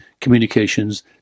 Communications